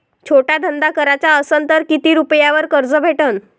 छोटा धंदा कराचा असन तर किती रुप्यावर कर्ज भेटन?